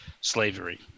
slavery